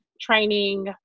training